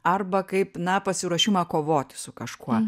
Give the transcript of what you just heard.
arba kaip na pasiruošimą kovoti su kažkuo